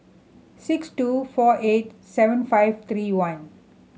six two four eight seven five three one